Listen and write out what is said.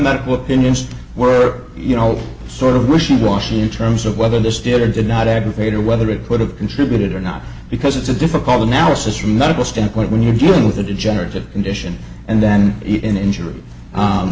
medical opinions were you know sort of wishy washy in terms of whether this did or did not aggravate or whether it could have contributed or not because it's a difficult analysis reasonable standpoint when you're dealing with a degenerative condition and then even injury